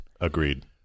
agreed